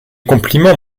compliments